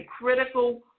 critical